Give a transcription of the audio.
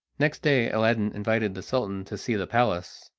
next day aladdin invited the sultan to see the palace.